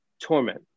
torment